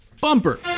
Bumper